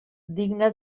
digne